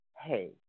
hey